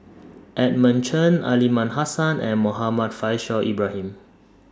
Edmund Chen Aliman Hassan and Muhammad Faishal Ibrahim